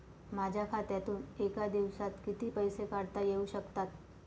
माझ्या खात्यातून एका दिवसात किती पैसे काढता येऊ शकतात?